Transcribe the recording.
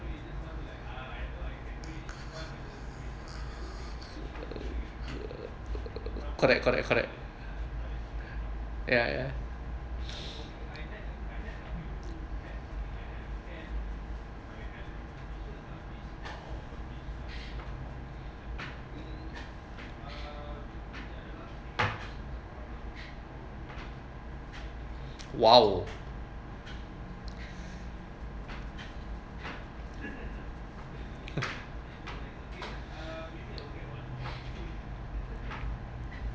correct correct correct ya ya !wow!